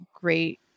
great